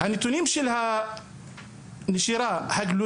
אנחנו יודעים את הנתונים של הנשירה הגלויה.